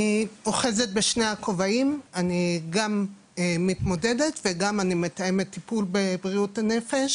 בשני הכובעים, עם תואר שני בבריאות נפש